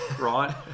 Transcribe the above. Right